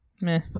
Meh